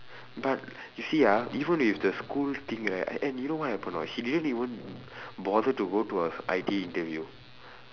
but you see ah even with the school thing right and and you know what happen or not she didn't even bother to go to her I_T_E interview